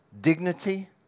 dignity